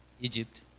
Egypt